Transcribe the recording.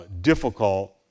difficult